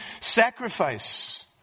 sacrifice